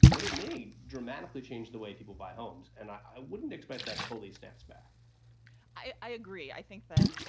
but it may dramatically change the way people buy homes, and i wouldn't expect that fully steps back i agree. i think that,